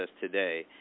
today